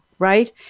Right